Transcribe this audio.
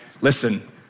Listen